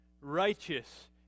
Righteous